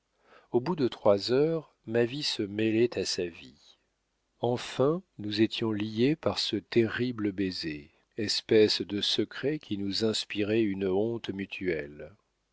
au bout de trois heures ma vie se mêlait à sa vie enfin nous étions liés par ce terrible baiser espèce de secret qui nous inspirait une honte mutuelle